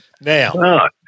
Now